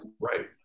Right